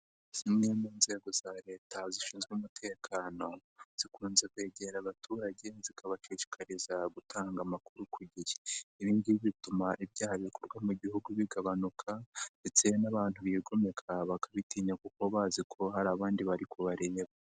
Zimwe mu nzego za leta zishinzwe umutekano, zikunze kwegera abaturage zikabashishikariza gutanga amakuru ku gihe. Ibi ngibi bituma ibyaha bikorwa mu gihugu bigabanuka ndetse n'abantu bigomeka bakabitinya kuko baba bazi ko hari abandi bari kubareba.